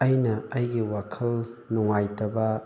ꯑꯩꯅ ꯑꯩꯒꯤ ꯋꯥꯈꯜ ꯅꯨꯡꯉꯥꯏꯇꯕ